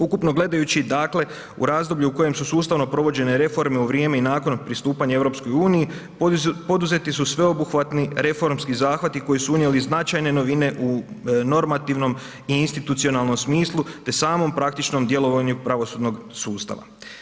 Ukupno gledajući dakle u razdoblju u kojem su sustavno provođene reforme u vrijeme i nakon pristupanja EU poduzeti su sveobuhvatni reformski zahvati koji su unijeli značajne novine u normativnom i institucionalnom smislu te samom praktičnom djelovanju pravosudnog sustava.